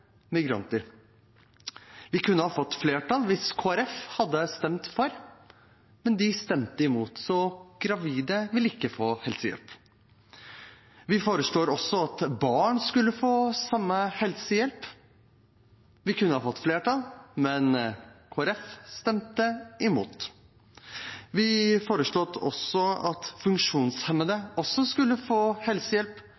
men de stemte imot, så gravide migranter vil ikke få helsehjelp. Vi foreslo også at barn skulle få samme helsehjelp. Vi kunne fått flertall, men Kristelig Folkeparti stemte imot. Vi foreslo også at